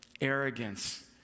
arrogance